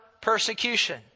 persecution